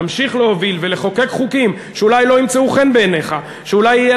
נמשיך להוביל ולחוקק חוקים שאולי לא ימצאו חן בעיניך,